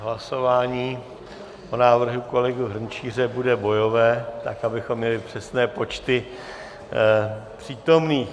Hlasování o návrhu kolegy Hrnčíře bude bojové, tak abychom měli přesné počty přítomných.